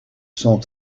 sont